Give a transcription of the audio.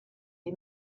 die